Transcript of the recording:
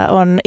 on